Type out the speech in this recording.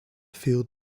field